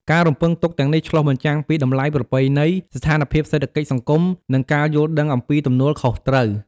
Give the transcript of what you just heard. ការរំពឹងទុកទាំងនេះឆ្លុះបញ្ចាំងពីតម្លៃប្រពៃណី ស្ថានភាពសេដ្ឋកិច្ចសង្គម និងការយល់ដឹងអំពីទំនួលខុសត្រូវ។